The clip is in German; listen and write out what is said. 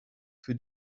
für